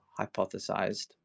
hypothesized